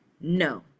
no